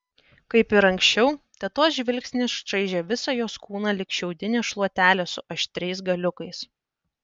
kaip ir anksčiau tetos žvilgsnis čaižė visą jos kūną lyg šiaudinė šluotelė su aštriais galiukais